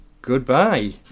Goodbye